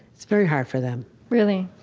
it's very hard for them really?